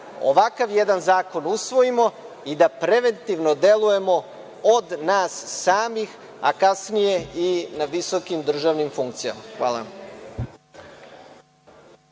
ovakva jedan zakon usvojimo i da preventivno delujemo od nas samih, a kasnije i na visokim državnim funkcijama. Hvala.